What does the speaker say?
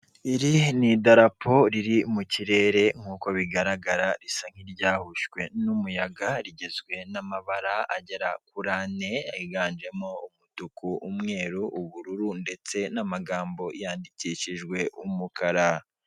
Ihuriro ry'imihanda harimo umumotari utwaye umugenzi umunyonzi, ubusitani bw'indabyo, amatara yo kumuhanda, ibiti, hakurya hari inyubako zitandukanye.